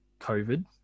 COVID